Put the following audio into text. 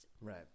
Right